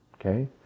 Okay